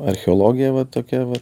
archeologija vat tokia va